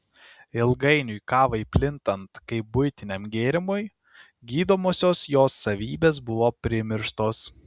ilgainiui kavai plintant kaip buitiniam gėrimui gydomosios jos savybės buvo primirštos